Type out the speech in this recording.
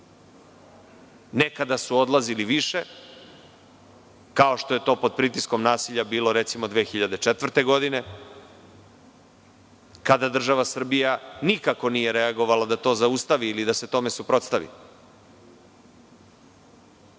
Nekada su odlazili više, kao što je to pod pritiskom nasilja bilo recimo 2004. godine, kada država Srbija nikako nije reagovala da to zaustavi ili da se tome suprostavi.